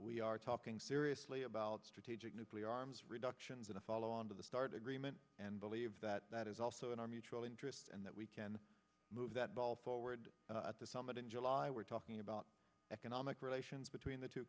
we are talking seriously about strategic nuclear arms reductions in a follow on to the start agreement and believe that that is also in our mutual interest and that we can move that ball forward at the summit in july we're talking about economic relations between the two